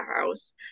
house